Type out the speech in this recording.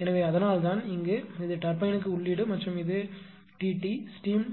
எனவே அதனால்தான் இங்கு இது டர்பைன்க்கு உள்ளீடு மற்றும் இது T t ஸ்டீம்